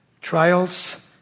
Trials